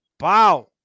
Wow